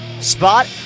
Spot